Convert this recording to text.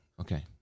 okay